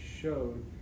showed